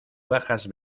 bajas